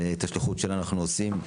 ואת השליחות שלנו אנחנו עושים.